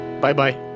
Bye-bye